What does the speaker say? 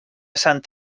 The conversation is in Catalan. sant